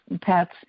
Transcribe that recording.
Pat's